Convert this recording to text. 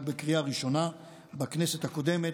רק בקריאה ראשונה בכנסת הקודמת,